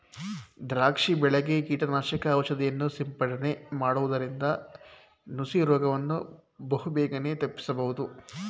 ದ್ರಾಕ್ಷಿ ಬೆಳೆಗೆ ಕೀಟನಾಶಕ ಔಷಧಿಯನ್ನು ಸಿಂಪಡನೆ ಮಾಡುವುದರಿಂದ ನುಸಿ ರೋಗವನ್ನು ಬಹುಬೇಗನೆ ತಪ್ಪಿಸಬೋದು